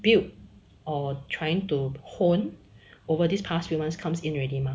built or trying to hone over these past few months comes in already mah